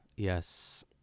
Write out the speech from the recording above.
Yes